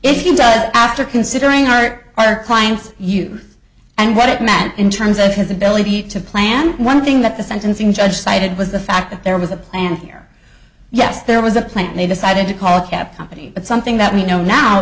to after considering art our clients you and what it mat in terms of his ability to plan one thing that the sentencing judge cited was the fact that there was a plan here yes there was a plan and they decided to call a cap company but something that we know now